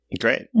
Great